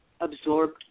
absorbed